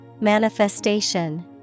Manifestation